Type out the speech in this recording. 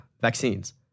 vaccines